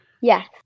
Yes